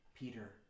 Peter